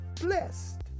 blessed